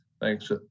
Thanks